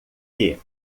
que